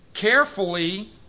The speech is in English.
carefully